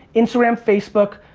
instagram, facebook,